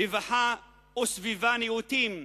רווחה וסביבה נאותים,